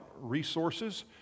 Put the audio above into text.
resources